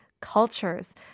cultures